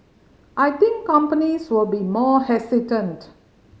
I think companies will be more hesitant